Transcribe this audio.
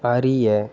அறிய